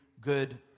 good